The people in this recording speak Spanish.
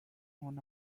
una